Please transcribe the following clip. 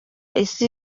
isi